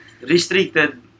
restricted